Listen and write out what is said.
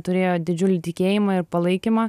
turėjo didžiulį tikėjimą ir palaikymą